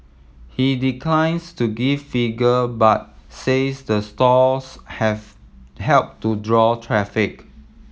he declines to give figure but says the stores have helped to draw traffic